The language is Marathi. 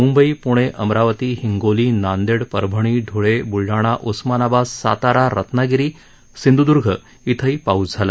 मुंबई पुणे अमरावती हिंगोली नांदेड परभणी धुळे बुलडाणा उस्मानाबाद सातारा रत्नागिरी सिंधुद्ग इथं पाऊस झाला